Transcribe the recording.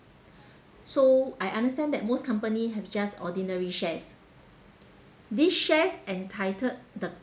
so I understand that most company have just ordinary shares these shares entitled the